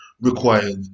required